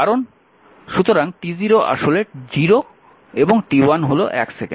কারণ সুতরাং t0 আসলে 0 এবং t1 হল 1 সেকেন্ড